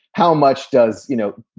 how much does, you know,